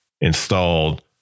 installed